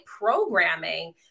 programming